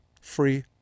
free